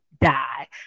die